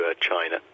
China